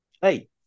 Hey